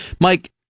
Mike